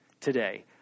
today